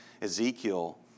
Ezekiel